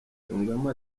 yungamo